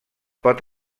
pot